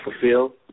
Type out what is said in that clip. fulfill